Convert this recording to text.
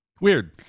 Weird